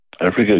Africa